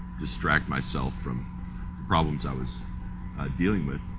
distract myself from problems i was dealing with.